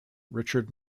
richard